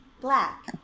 black